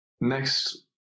next